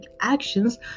actions